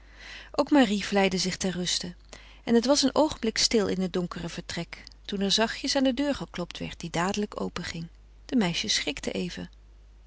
ook marie vlijde zich ter ruste en het was een oogenblik stil in het donkere vertrek toen er zachtjes aan de deur geklopt werd die dadelijk openging de meisjes schrikten even